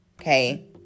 Okay